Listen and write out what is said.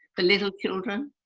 for little children.